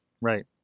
right